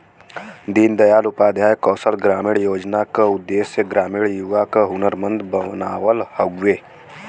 दीन दयाल उपाध्याय कौशल ग्रामीण योजना क उद्देश्य ग्रामीण युवा क हुनरमंद बनावल हउवे